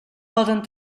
poden